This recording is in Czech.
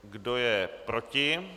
Kdo je proti?